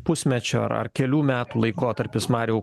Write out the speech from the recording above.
pusmečio ar ar kelių metų laikotarpis mariau